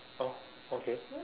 oh okay